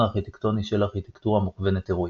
הארכיטקטוני של ארכיטקטורה מוכוונת אירועים.